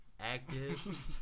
Active